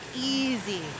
easy